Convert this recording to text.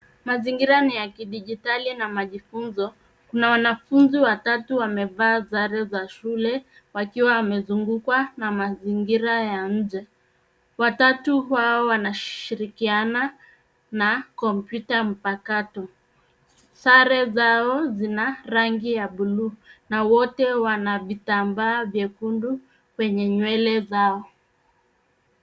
Mazingira ni ya kidijitali na majifunzo; kuna wanafunzi watatu wamevaa sare za shule wakiwa wamezungukwa na mazingira ya nje. Watatu hao wanashirikiana na kompyuta mpakato. Sare zao zina rangi la bluu na wote wana vitambaa vyekundu kwenye nywele zao.